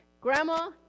Grandma